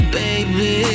baby